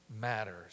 matters